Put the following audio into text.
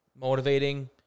motivating